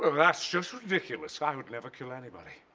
ah that's just ridiculous! i would never kill anybody.